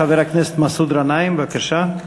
חבר הכנסת מסעוד גנאים, בבקשה.